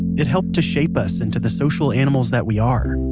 it helped to shape us into the social animals that we are,